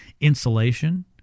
insulation